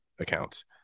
accounts